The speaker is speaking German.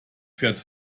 fährt